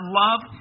love